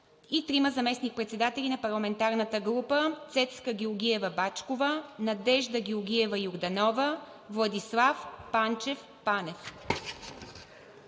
и трима заместник-председатели на парламентарната група: Цецка Георгиева Бачкова, Надежда Георгиева Йорданова, Владислав Панчев Панев“.